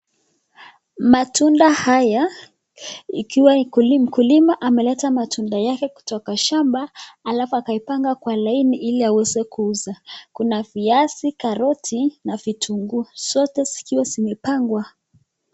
Matunda haya ikiwa mkulima ameleta matunda yake kutoka shamba alafu akaipanga kwa laini ili aweze kuuza , kuna viazi, karoti na vitunguu zote zikiwa zimepangwa.